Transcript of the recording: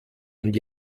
und